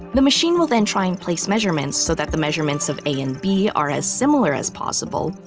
the machine will then try and place measurements so that the measurements of a and b are as similar as possible,